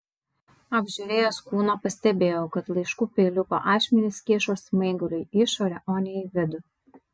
apžiūrėjęs kūną pastebėjau kad laiškų peiliuko ašmenys kyšo smaigaliu į išorę o ne į vidų